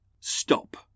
stop